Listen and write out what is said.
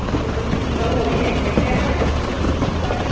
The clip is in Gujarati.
હમ તો હું રીસાઈ તો કંઈ ફેર પડે તને